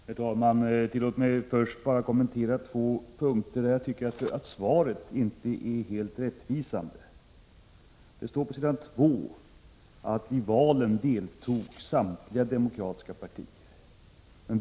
Herr talman! Tillåt mig först bara kommentera två punkter, där jag tycker att svaret inte är helt rättvisande. Det står på s. 2 att valen genomfördes ”med deltagande av samtliga demokratiska partier”.